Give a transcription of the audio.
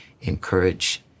encourage